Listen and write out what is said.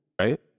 Right